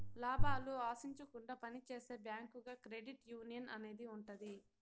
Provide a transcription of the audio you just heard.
లాభాలు ఆశించకుండా పని చేసే బ్యాంకుగా క్రెడిట్ యునియన్ అనేది ఉంటది